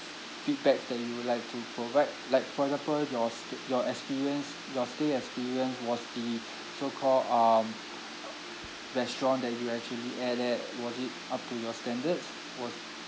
feedbacks that you would like to provide like for example your st~ your experience your stay experience was the so call um restaurant that you actually ate at was it up to your standards was